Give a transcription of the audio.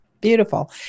Beautiful